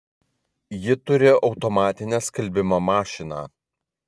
ji turi automatinę skalbimo mašiną